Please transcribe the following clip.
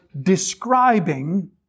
describing